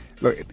look